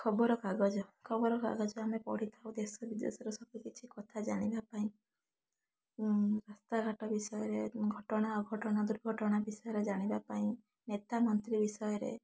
ଖବରକାଗଜ ଖବରକାଗଜ ଆମେ ପଢ଼ିଥାଉ ଦେଶ ବିଦେଶର ସବୁ କିଛି କଥା ଜାଣିବା ପାଇଁ ରାସ୍ତା ଘାଟ ବିଷୟରେ ଘଟଣା ଅଘଟଣା ଦୁର୍ଘଟଣା ବିଷୟରେ ଜାଣିବା ପାଇଁ ନେତା ମନ୍ତ୍ରୀ ବିଷୟରେ